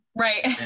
Right